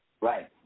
Right